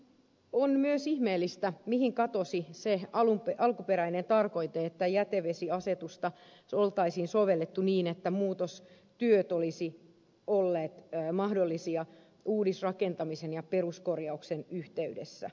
on myös ihmeellistä mihin katosi se alkuperäinen tarkoite että jätevesiasetusta olisi sovellettu niin että muutostyöt olisivat olleet mahdollisia uudisrakentamisen ja peruskorjauksen yhteydessä